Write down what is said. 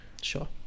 sure